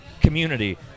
community